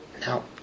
Now